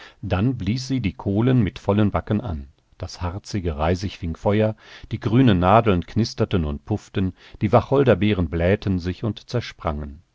dann blies sie die kohlen mit vollen backen an das harzige reisig fing feuer die grünen nadeln knisterten und pufften die wacholderbeeren blähten sich und zersprangen